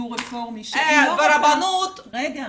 רגע,